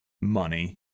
money